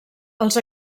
els